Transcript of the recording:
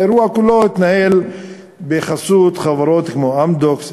האירוע כולו התנהל בחסות חברות כמו "אמדוקס",